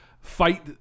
fight